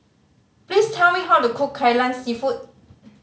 please tell me how to cook Kai Lan Seafood